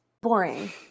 Boring